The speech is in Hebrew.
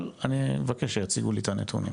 אבל אני מבקש שיציגו לי את הנתונים.